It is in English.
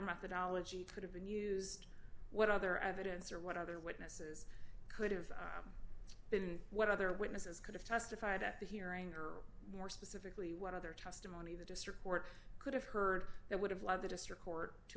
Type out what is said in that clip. methodology could have been used what other evidence or what other witnesses could have been what other witnesses could have testified at the hearing or more specifically what other testimony the district court could have heard that would have led the district court to